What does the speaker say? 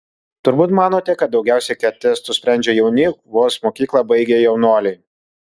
turbūt manote kad daugiausiai ket testus sprendžia jauni vos mokyklą baigę jaunuoliai